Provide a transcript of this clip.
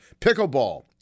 Pickleball